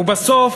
ובסוף